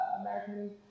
American